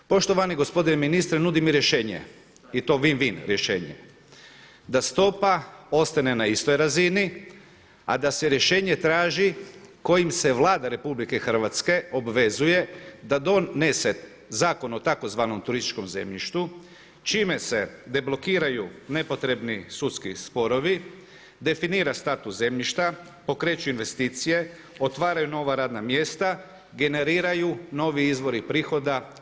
Poštovani gospodine ministre, nudim i rješenje i to win-win rješenje, da stopa ostane na istoj razini, a da se rješenje traži kojim se Vlada RH obvezuje da donese zakon o tzv. turističkom zemljištu čime se deblokiraju nepotrebni sudski sporovi, definira status zemljišta, pokreću investicije, otvaraju nova radna mjesta, generiraju novi izvori prihoda za državni proračun.